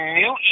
new